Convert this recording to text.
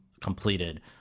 completed